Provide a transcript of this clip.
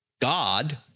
God